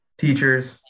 teachers